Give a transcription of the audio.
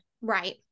right